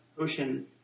Ocean